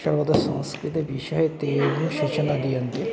सर्वदा संस्कृते विषये ते एव सूचना दीयन्ते